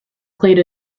played